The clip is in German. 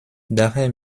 daher